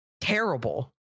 terrible